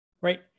Right